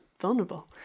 vulnerable